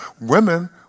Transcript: women